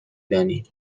دانی